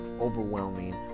overwhelming